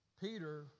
Peter